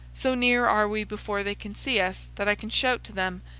so near are we before they can see us that i can shout to them,